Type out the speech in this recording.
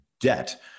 debt